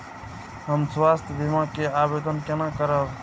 हम स्वास्थ्य बीमा के आवेदन केना करब?